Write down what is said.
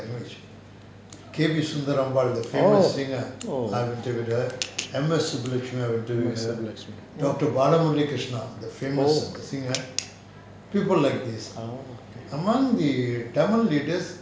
oh oh miss subbulakshmi oh ah okay